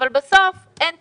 אבל בסוף אין תקנות.